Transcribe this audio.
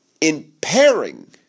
impairing